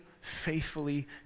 faithfully